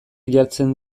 jartzen